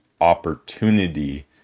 opportunity